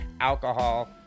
alcohol